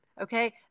Okay